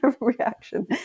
reaction